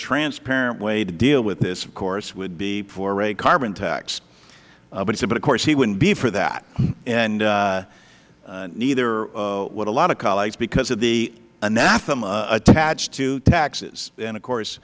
transparent way to deal with this of course would be for a carbon tax but of course he wouldn't be for that and neither would a lot of colleagues because of the anathema attached to taxes and of course